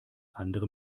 andere